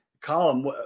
column